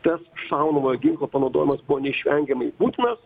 tas šaunamojo ginklo panaudojimas buvo neišvengiamai būtinas